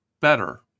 better